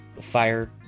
fire